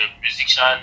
musician